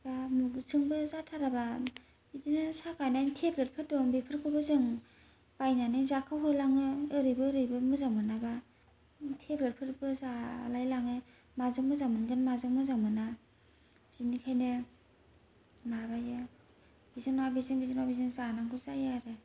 दा मुबजोंबो जाथाराबा बिदिनो सागानायनि टेब्लेटफोर दं बेफोरखौबो जों बायनानै जाखाव होलाङो ओरैबो ओरैबो मोजां मोनाबा टेब्लेटफोरबो जालाय लाङो माजों मोजां मोनगोन माजों मोजां मोना बेनिखायनो माबायो बेजों नङा बेजों बेजों नङा बेजों जानांगौ जायो आरो